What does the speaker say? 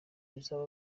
bizaba